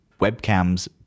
webcams